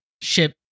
ship